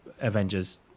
Avengers